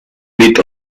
bit